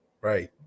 right